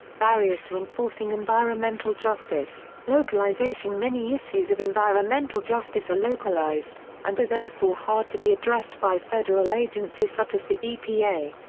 barriers to enforcing environmental justice localization many issues of environmental justice are localized, and are therefore hard to be addressed by federal agencies such as the epa.